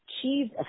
achieved